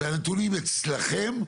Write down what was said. והנתונים אצלכם,